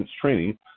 training